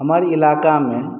हमर इलाकामे